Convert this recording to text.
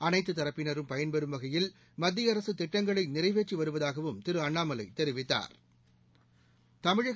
அனைத்துதரப்பினரும் பயன்பெறும் வகையில் மத்தியஅரசுதிட்டங்களைநிறைவேற்றிவருவதாகவும் திருஅண்ணாமலைதெரிவித்தாா்